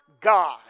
God